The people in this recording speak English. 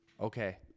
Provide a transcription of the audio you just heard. Okay